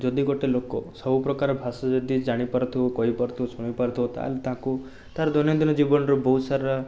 ଯଦି ଗୋଟେ ଲୋକ ସବୁପ୍ରକାର ଭାଷା ଯଦି ଜାଣିପାରୁଥିବ କହିପାରୁଥିବ ଶୁଣିପାରୁଥିବ ତାହେଲେ ତାକୁ ତା'ର ଦୈନନ୍ଦିନ ଜୀବନରେ ବହୁତସାରା